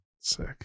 Sick